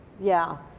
yeah.